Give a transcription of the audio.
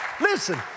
Listen